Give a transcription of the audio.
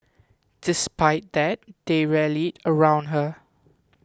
despite that they rallied around her